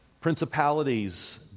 Principalities